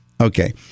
Okay